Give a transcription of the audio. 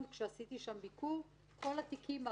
כל כך כואב, כל כך מזעזע,